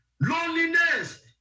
Loneliness